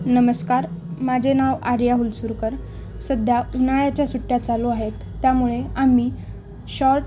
नमस्कार माझे नाव आर्या हुलसुरकर सध्या उन्हाळ्याच्या सुट्ट्या चालू आहेत त्यामुळे आम्ही शॉर्ट